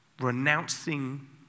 renouncing